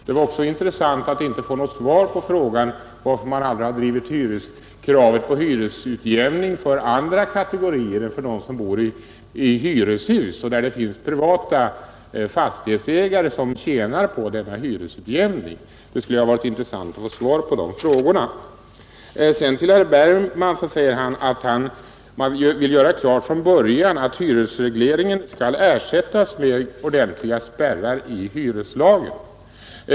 Det var också intressant att notera att jag inte fick något svar på frågan, varför man aldrig har drivit kravet på hyresutjämning för andra kategorier än de som bor i hyreshus och där det finns privata fastighetsägare som tjänar på denna hyresutjämning. Det skulle ha varit värdefullt att få svar på dessa frågor. Herr Bergman säger att man vill göra klart från början att hyresregleringen skall ersättas med ordentliga spärrar i hyreslagen.